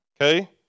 okay